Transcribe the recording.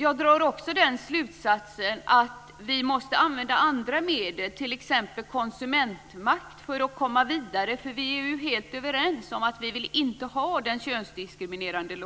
Jag drar också slutsatsen att vi måste använda andra medel, t.ex. konsumentmakt, för att komma vidare. Vi är helt överens om att vi inte vill ha den könsdiskriminerande